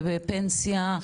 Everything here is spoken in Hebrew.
פנסיה,